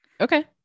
Okay